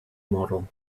model